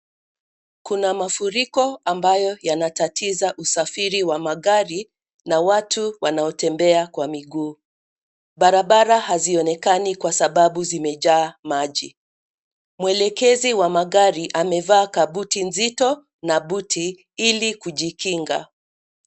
Kuna mafuriko ambayo yanatatiza usafiri wa magari na watu wanaotembea kwa miguu. Barabara hazionekani kwa sababu zimejaa maji. Mwelekezi wa magari amevaa kabuti nzito na buti ili kujikinga.